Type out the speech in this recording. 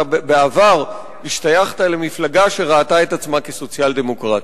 בעבר השתייכת למפלגה שראתה את עצמה כסוציאל-דמוקרטית.